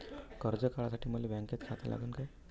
कर्ज काढासाठी मले बँकेत खातं लागन का?